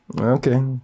Okay